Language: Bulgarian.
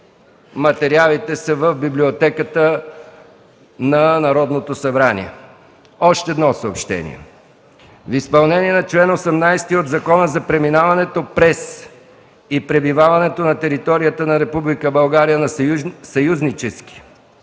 Материалите са в Библиотеката на Народното събрание. Още едно съобщение: в изпълнение на чл. 18 от Закона за преминаването през и пребиваването на територията на Република